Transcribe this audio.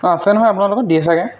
অঁ আছে নহয় আপোনালোকৰ দিয়ে ছাগৈ